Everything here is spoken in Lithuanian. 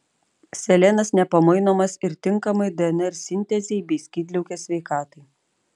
selenas nepamainomas ir tinkamai dnr sintezei bei skydliaukės sveikatai